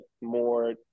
more